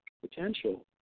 potential